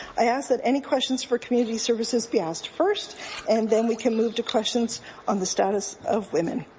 i ask that any questions for community services be asked first and then we can move to questions on the status of women.